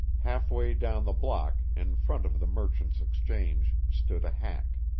half-way down the block, in front of the merchants' exchange, stood a hack.